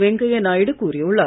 வெங்கையா நாயுடு கூறியுள்ளார்